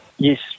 Yes